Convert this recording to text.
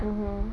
mmhmm